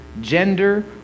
gender